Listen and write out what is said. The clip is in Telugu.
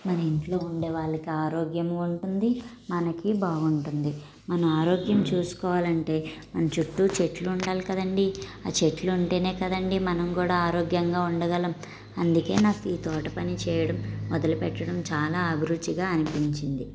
మన ఇంట్లో ఉండే వాళ్ళకి ఆరోగ్యము ఉంటుంది మనకి బాగుంటుంది మనం ఆరోగ్యం చూసుకోవాలంటే మన చుట్టూ చెట్లు ఉండాలి కదండీ ఆ చెట్లు ఉంటేనే కదండీ మనం కూడా ఆరోగ్యంగా ఉండగలం అందుకే నాకీ తోటపని చేయడం మొదలుపెట్టడం చాలా అభిరుచిగా అనిపించింది